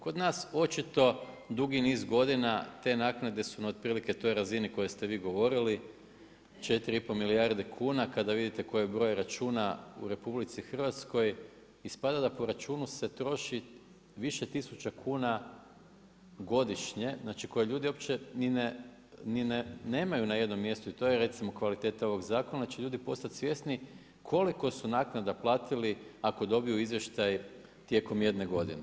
Kod nas očito dugi niz godina te naknade su otprilike na toj razini o kojoj ste vi govorili 4,5 milijarde kuna, kada vidite koji je broj računa u RH ispada da po računu se troši više tisuća kuna godišnje koje ljudi uopće ni nemaju na jednom mjestu i to je recimo kvaliteta ovog zakona, da će ljudi postati svjesni koliko su naknada platili ako dobiju izvještaj tijekom jedne godine.